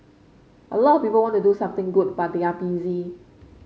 a lot of people want to do something good but they are busy